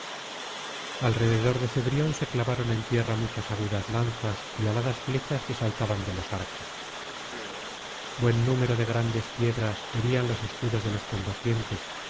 alrededor de cebrión se clavaron en tierra muchas agudas lanzas y aladas flechas que saltaban de los arcos buen número de grandes piedras herían los escudos de los combatientes